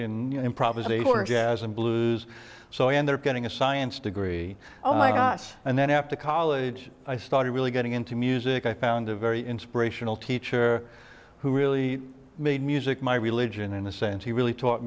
and improvisation or jazz and blues so in there getting a science degree and then after college i started really getting into music i found a very inspirational teacher who really made music my religion in a sense he really taught